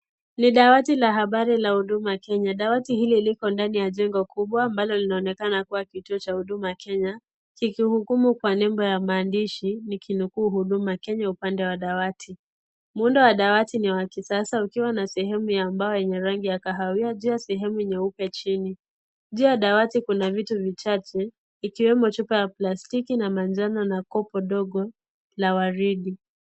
Ni dawati la habari la Huduma Kenya, dawati hilo lingo ndani ya jengo kubwa ambalo linaonekana kuwa kituo cha Huduma Kenya kikihukumu kwa nembo ya maandishi nikinukuu Huduma Kenya upande wa dawati. Muundo wa dawati ni wa kisasa ukiwa na sehemu ya mbao yenye rangi ya kahawia juu ya sehemu nyeupe chini. Juu ya dawati kuna vitu vichache ikiwemo chupa ya plastiki na manjano na kopo ndogo la waridi.